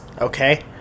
okay